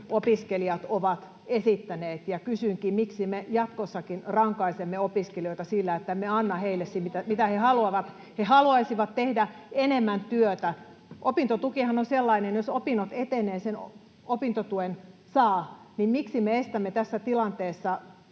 opiskelijat ovat esittäneet. Kysynkin: miksi me jatkossakin rankaisemme opiskelijoita sillä, ettemme anna heille, mitä he haluavat? [Suna Kymäläisen välihuuto] He haluaisivat tehdä enemmän työtä. Opintotukihan on sellainen, että jos opinnot etenevät, sen opintotuen saa, niin että miksi me estämme tässä tilanteessa